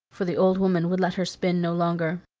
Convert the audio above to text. for the old woman would let her spin no longer.